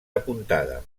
apuntada